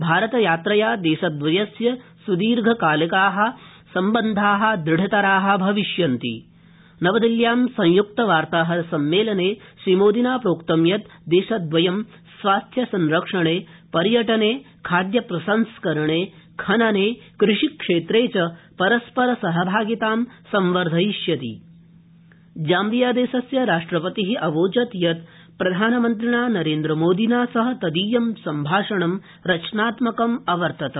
भारतयात्रया देशद्वस्य स्दीर्घकालिका सम्बन्धा नवदिल्ल्यां संय्क्तवार्ताहरसम्मेलने श्रीमोदिना प्रोक्तं यत् देशदवयं स्वास्थ्यसंरक्षणे पर्यटने खाद्यप्रसंस्करणे खनने कृषिक्षेत्रे च परस्परसहभागितां संवर्धयिष्यति जाम्बिया देशस्य राष्ट्रपति अवोचत् यत् प्रधानमन्त्रिणा मादिना सह तदीयं सम्भाषणं रचनात्मकम् अवर्तत